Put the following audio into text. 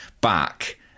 back